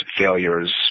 failures